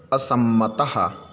असम्मतः